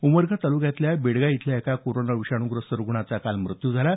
उमरगा तालुक्यातल्या बेडगा इथल्या एका कोरोना विषाणू ग्रस्त रुग्णाचा काल मृत्यू झाला